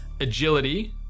agility